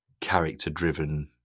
character-driven